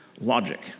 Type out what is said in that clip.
logic